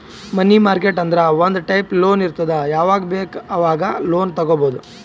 ಮನಿ market ಅಂದುರ್ ಒಂದ್ type loan ಇರ್ತುದ್ ಯಾವಾಗ್ ಬೇಕ್ ಆವಾಗ್ ಲೋನ್ ತಗೊಬೋದ್